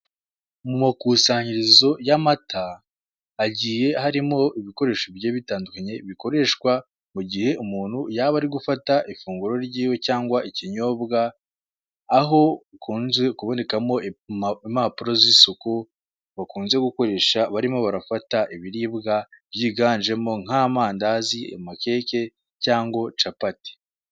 Mu makusanyirizo y'amata hagiye harimo ibikoresho bigiye bitandukanye bikoreshwa mu gihe umuntu yaba ari gufata ifunguro ry'iwe cyangwa ikinyobwa, aho bikunze kubonekamo impapuro z'isuku bakunze gukoresha barimo barafata ibiribwa byiganjemo nk'amandazi, amakeke cyangwa capati.